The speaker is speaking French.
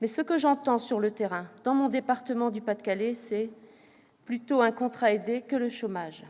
Mais ce que j'entends, sur le terrain, dans mon département du Pas-de-Calais, c'est :« Plutôt un contrat aidé que le chômage !